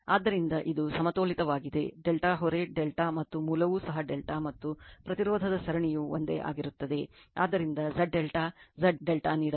ಆದ್ದರಿಂದ ಇದು ಸಮತೋಲಿತವಾಗಿದೆ ∆ ಹೊರೆ ∆ ಮತ್ತು ಮೂಲವೂ ಸಹ ∆ ಮತ್ತು ಪ್ರತಿರೋಧದ ಸರಣಿಯು ಒಂದೇ ಆಗಿರುತ್ತದೆ ಆದ್ದರಿಂದ Z ∆ Z ∆ ನೀಡಲಾಗುತ್ತದೆ